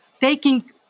taking